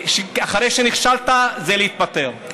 אחרי שנכשלת, להתפטר.